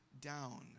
down